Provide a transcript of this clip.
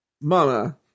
mama